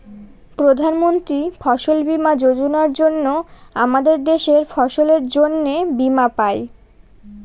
প্রধান মন্ত্রী ফসল বীমা যোজনার জন্য আমাদের দেশের ফসলের জন্যে বীমা পাই